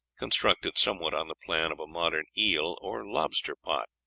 constructed somewhat on the plan of a modern eel or lobster pot.